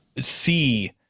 see